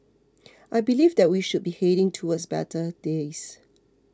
I believe that we should be heading towards better days